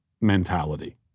mentality